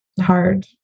hard